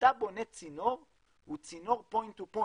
כשאתה בונה צינור הוא צינור point to point